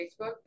Facebook